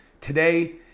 Today